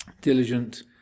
diligent